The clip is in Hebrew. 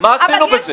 מה עשינו בזה?